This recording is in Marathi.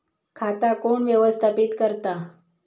खाता कोण व्यवस्थापित करता?